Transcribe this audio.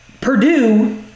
Purdue